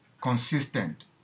consistent